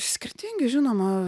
skirtingi žinoma